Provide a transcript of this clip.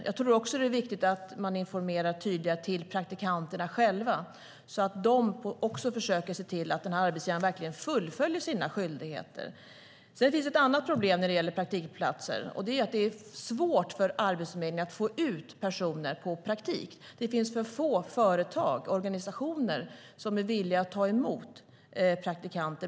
Jag tror också att det är viktigt att man informerar praktikanterna själva tydligare så att de försöker se till att arbetsgivaren verkligen fullföljer sina skyldigheter. Det finns ett annat problem när det gäller praktikplatser, och det är att det är svårt för Arbetsförmedlingen att få ut personer på praktik. Det finns för få företag och organisationer som är villiga att ta emot praktikanter.